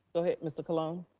go ahead mr. colon.